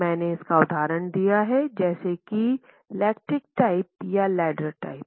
मैंने इसका उदाहरण दिया है जैसे की लैटिस टाइप या लैडर टाइप